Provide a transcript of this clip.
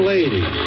Lady